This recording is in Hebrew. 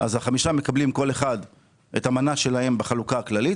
החמישה מקבלים כל אחד את המנה שלהם בחלוקה הכללית,